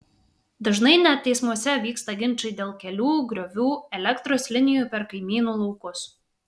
dažnai net teismuose vyksta ginčai dėl kelių griovių elektros linijų per kaimynų laukus